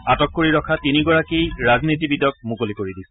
আটক কৰি ৰখা তিনিগৰাকী ৰাজনীতিবিদক মুকলি কৰি দিছে